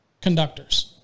conductors